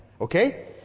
okay